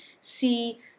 See